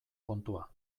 kontua